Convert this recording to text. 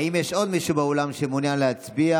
האם יש עוד מישהו באולם שמעוניין להצביע?